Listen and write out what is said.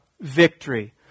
victory